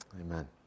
amen